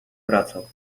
wracał